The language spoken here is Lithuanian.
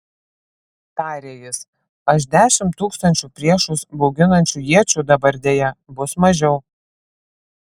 tarė jis aš dešimt tūkstančių priešus bauginančių iečių dabar deja bus mažiau